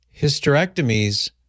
Hysterectomies